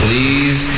Please